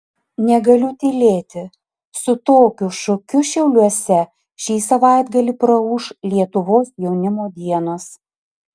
negaliu tylėti su tokiu šūkiu šiauliuose šį savaitgalį praūš lietuvos jaunimo dienos